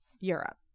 Europe